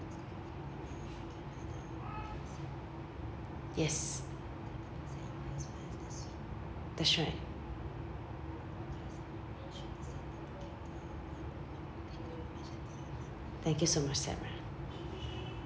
yes that's right thank you so much sarah